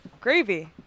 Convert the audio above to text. Gravy